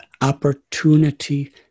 opportunity